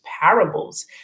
parables